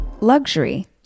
Luxury